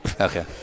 Okay